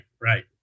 right